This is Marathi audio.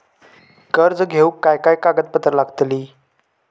कर्ज घेऊक काय काय कागदपत्र लागतली?